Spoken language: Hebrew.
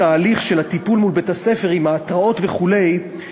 התהליך של הטיפול מול בית-הספר עם ההתראות וכו',